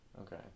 Okay